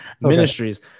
ministries